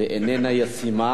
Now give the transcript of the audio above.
והיא איננה ישימה.